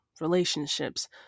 relationships